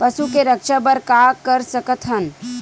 पशु के रक्षा बर का कर सकत हन?